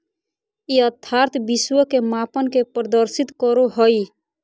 यथार्थ विश्व के मापन के प्रदर्शित करो हइ